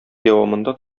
дәвамында